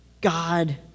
God